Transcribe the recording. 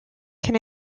can